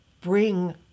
bring